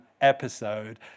episode